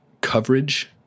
coverage